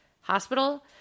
Hospital